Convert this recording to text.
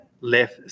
left